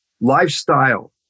lifestyle